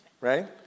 right